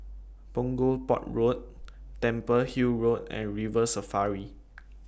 Punggol Port Road Temple Hill Road and River Safari